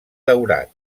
daurat